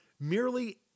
merely